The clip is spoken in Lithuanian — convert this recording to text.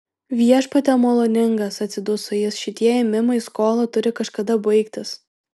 viešpatie maloningas atsiduso jis šitie ėmimai į skolą turi kažkada baigtis